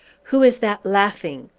who is that laughing?